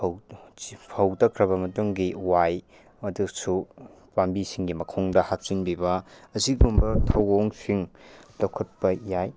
ꯐꯧ ꯇꯛꯈ꯭ꯔꯕ ꯃꯇꯨꯡꯒꯤ ꯋꯥꯏ ꯑꯗꯨꯁꯨ ꯄꯥꯝꯕꯤꯁꯤꯡꯒꯤ ꯃꯈꯣꯡꯗ ꯍꯥꯞꯆꯤꯟꯕꯤꯕ ꯑꯁꯤꯒꯨꯝꯕ ꯊꯧꯑꯣꯡꯁꯤꯡ ꯂꯧꯈꯠꯄ ꯌꯥꯏ